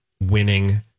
winning